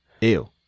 ew